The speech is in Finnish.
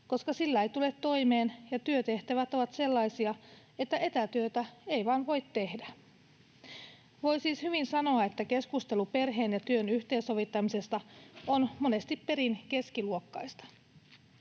koska sillä ei tule toimeen, ja työtehtävät ovat sellaisia, että etätyötä ei vaan voi tehdä. Voi siis hyvin sanoa, että keskustelu perheen ja työn yhteensovittamisesta on monesti perin keskiluokkaista.